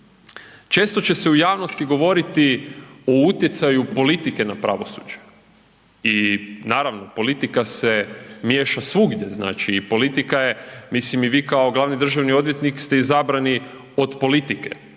Često će se u javnosti govoriti o utjecaju politike na pravosuđe, i naravno politika se miješa svugdje znači, politika je, mislim i vi kao glavni državni odvjetnik ste izabrani od politike,